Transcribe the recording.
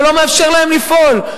ולא מרשה להם לפעול,